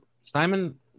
Simon